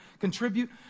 contribute